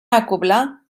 acoblar